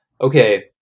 Okay